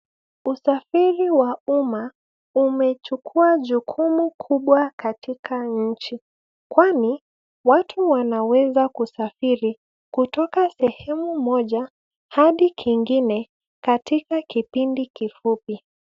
Usafiri wa umma umechukua jukumu kubwa katika nchi, kwani watu wanaweza kusafiri kutoka sehemu moja hadi kingine katika kipindi fupi.